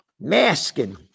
masking